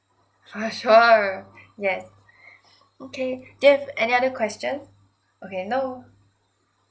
ah sure yes okay do you have any other questions okay no